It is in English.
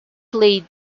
played